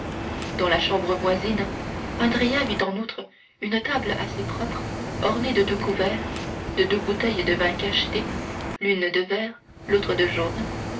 dans la chambre voisine andrea vit en outre une table assez propre ornée de deux couverts de deux bouteilles de vin cachetées l'une de vert l'autre de jaune